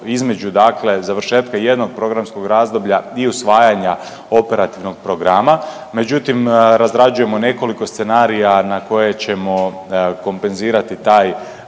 između dakle završetka jednog programskog razdoblja i usvajanja operativnog programa, međutim, razrađujemo nekoliko scenarija na koje ćemo kompenzirati taj